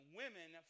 women